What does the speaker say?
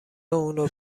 اونو